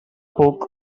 puc